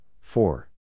four